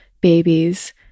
babies